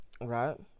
right